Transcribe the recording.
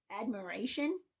admiration